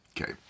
Okay